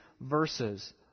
verses